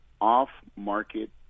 off-market